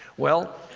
well,